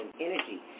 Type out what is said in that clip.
energy